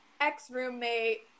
ex-roommate